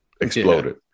exploded